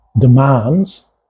demands